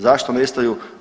Zašto nestaju?